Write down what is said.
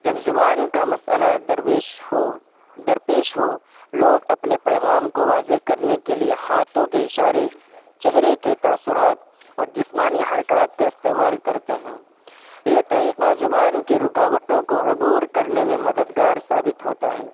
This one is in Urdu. جب زبان کا مسٔلہ درویش ہو درپیش ہو لوگ اپنے پیغام کو واضح کرنے کے لیے ہاتھوں کے اشارے چہرے کے تاثرات اور جسمانی حرکات کا استعمال کرتے ہیں یہ طریقہ زبان کی رکاوٹوں کو عبور کرنے میں مددگار ثابت ہوتا ہے